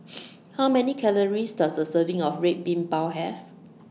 How Many Calories Does A Serving of Red Bean Bao Have